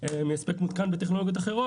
מהספק מותקן בטכנולוגיות אחרות,